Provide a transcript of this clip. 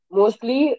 mostly